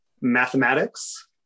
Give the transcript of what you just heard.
Mathematics